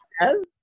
Yes